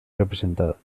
representada